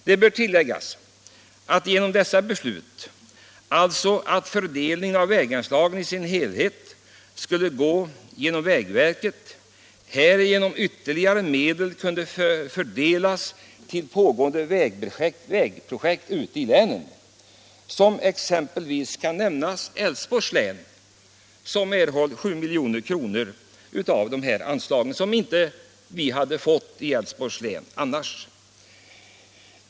Det bör tilläggas att genom beslutet att fördelningen av väganslag helt och hållet skulle gå genom vägverket kunde ytterligare medel fördelas till pågående vägprojekt ute i länen. Som exempel kan nämnas Älvsborgs län som erhöll ett anslag på 7 milj.kr., vilket det annars inte skulle ha fått.